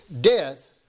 death